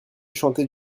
chanter